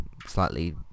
slightly